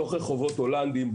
בתוך רחובות הולנדיים,